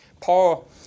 Paul